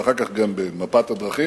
ואחר כך גם במפת הדרכים.